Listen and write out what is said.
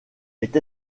est